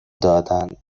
دادند